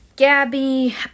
Gabby